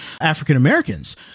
African-Americans